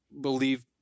believe